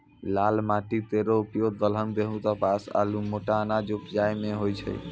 लाल माटी केरो उपयोग दलहन, गेंहू, कपास आरु मोटा अनाज उपजाय म होय छै